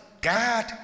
God